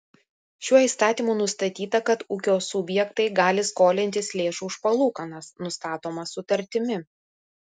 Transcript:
šiuo įstatymu nustatyta kad ūkio subjektai gali skolintis lėšų už palūkanas nustatomas sutartimi